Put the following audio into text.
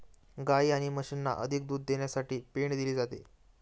गायी आणि म्हशींना अधिक दूध देण्यासाठी पेंड दिली जाते